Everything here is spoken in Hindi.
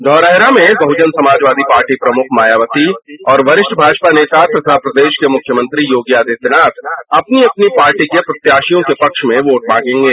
धौरहरा में बहजन समाजवादी पार्टी प्रमुख मायावती और वरिष्ठ भाजपा नेता तथा प्रदेश के मुख्यमंत्री योगी आदित्यनाथ अपनी अपनी पार्टी के प्रत्याशियों के पक्ष में वोट मांगेगे